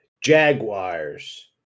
jaguars